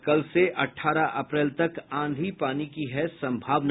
और कल से अठारह अप्रैल तक आंधी पानी की है सम्भावना